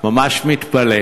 אני ממש ממש מתפלא.